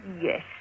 Yes